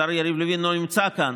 השר יריב לוין לא נמצא כאן,